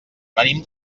venim